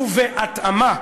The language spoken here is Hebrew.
ובהתאמה,